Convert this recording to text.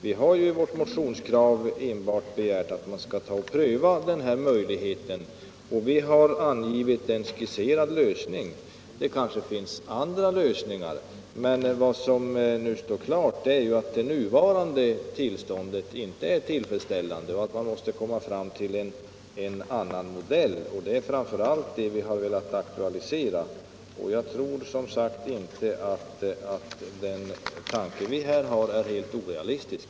Vi har ju i vår motion enbart begärt att man skall pröva den här möjligheten och skisserat en lösning — det kanske finns andra. Vad som står klart är emellertid att det nuvarande tillståndet inte är tillfredsställande och att man måste komma fram till en annan modell, och det är framför allt det som vi har velat aktualisera. Jag tror som sagt inte att den tanke vi för fram är helt orealistisk.